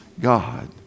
God